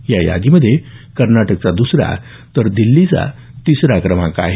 या यादीमध्ये कर्नाटकचा दुसरा तर दिल्लीचा तिसरा क्रमांक आहे